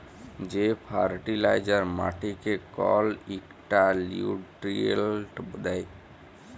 যে ফার্টিলাইজার মাটিকে কল ইকটা লিউট্রিয়েল্ট দ্যায়